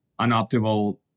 unoptimal